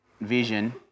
vision